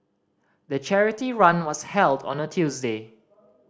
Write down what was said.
the charity run was held on a Tuesday